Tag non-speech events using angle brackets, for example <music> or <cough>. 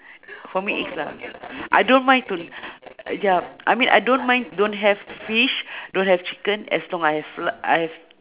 for me eggs lah <breath> I don't mind to ya I mean I don't mind don't have fish <breath> don't have chicken as long I have fl~ I have